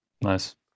Nice